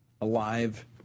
alive